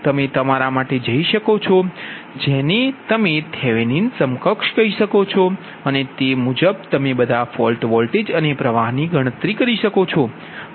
તમે તમારા માટે જઇ શકો છો જેને તમે થેવેનિન સમકક્ષ કહી શકો છો અને તે મુજબ તમે બધા ફોલ્ટ વોલ્ટેજ અને પ્ર્વાહ ની ગણતરી કરી શકો છો